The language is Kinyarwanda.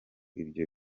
ibyo